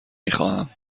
میخواهم